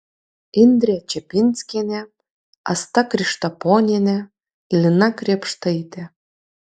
indrė čepinskienė asta krištaponienė lina krėpštaitė